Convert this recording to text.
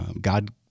God